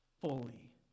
fully